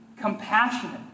compassionate